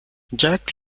jack